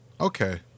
Okay